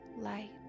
light